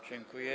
Dziękuję.